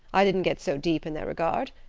i didn't get so deep in their regard.